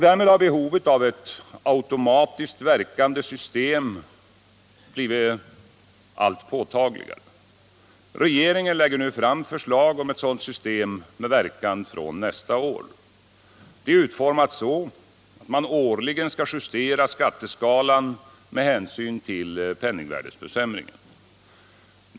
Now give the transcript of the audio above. Därmed har behovet av ett automatiskt verkande system blivit allt påtagligare. Regeringen lägger nu fram förslag om ett sådant system med verkan från nästa år. Det är utformat så att man årligen skall justera skatteskalan med hänsyn till penningvärdeförsämringen.